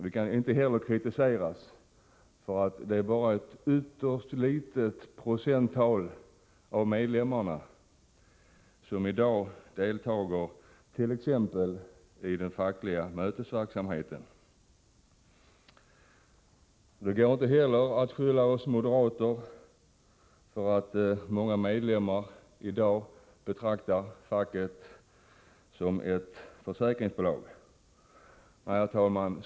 Vi kan inte heller kritiseras för att bara en ytterst liten procentandel av medlemmarna i dag deltar t.ex. i den fackliga mötesverksamheten. Det går inte heller att skylla på oss moderater att många medlemmar f.n. betraktar facket såsom ett försäkringsbolag.